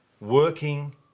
working